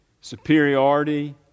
superiority